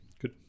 good